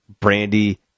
brandy